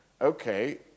okay